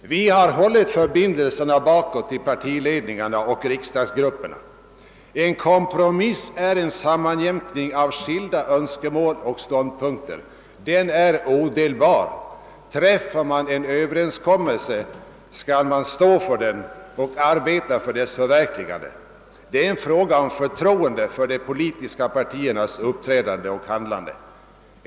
Vi har hållit förbindelserna bakåt till partiledningarna och riksdagsgrupperna. En kompromiss är en sammanjämkning av skilda önskemål och ståndpunkter. Den är odelbar. Träffar man en överenskommelse, skall man stå för den och arbeta för dess förverkligande. Det är en fråga om förtro ende för de politiska partiernas uppträdande och handlande.